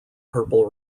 purple